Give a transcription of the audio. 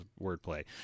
Wordplay